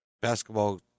basketball